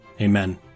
Amen